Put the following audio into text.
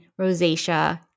rosacea